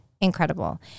incredible